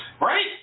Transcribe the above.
Right